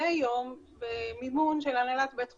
מדי יום, במימון של הנהלת בית החולים,